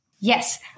Yes